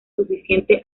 suficiente